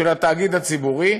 של התאגיד הציבורי,